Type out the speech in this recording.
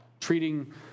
treating